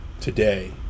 today